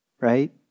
right